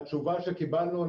והתשובה שקיבלנו באגף תקציבים,